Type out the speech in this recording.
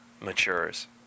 matures